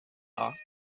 are